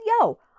yo